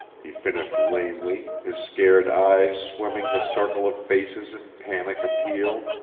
he finished lamely, his scared eyes sweeping the circle of faces in panic appeal.